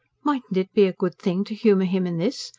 mightn't it be a good thing to humour him in this?